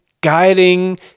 guiding